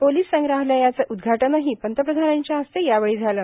police संग्रहालयाचं उद्घाटनही पंतप्रधानांच्या हस्ते यावेळी झालं